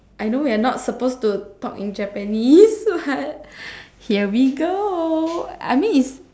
I know we are not supposed to talk in Japanese so like here we go I mean is